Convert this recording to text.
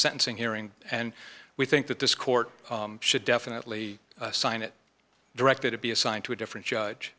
sentencing hearing and we think that this court should definitely sign it directed to be assigned to a different judge